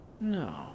No